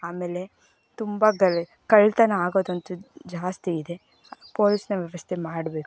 ಆಮೇಲೆ ತುಂಬಾಕಡೆ ಕಳ್ಳತನ ಆಗೋದಂತೂ ಜಾಸ್ತಿ ಇದೆ ಪೊಲೀಸಿನ ವ್ಯವಸ್ಥೆ ಮಾಡಬೇಕು